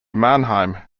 mannheim